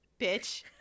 bitch